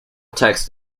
text